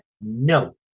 no